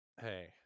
Hey